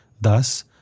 Thus